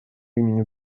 имени